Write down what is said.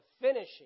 finishing